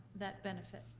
that benefit.